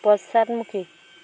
পশ্চাদমুখী